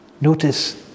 Notice